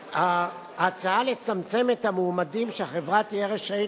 ההצעה לצמצם את מספר המועמדים שהחברה תהיה רשאית